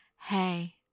Hey